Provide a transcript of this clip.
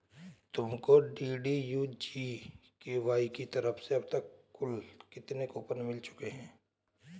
तुमको DDU GKY की तरफ से अब तक कुल कितने कूपन मिल चुके हैं?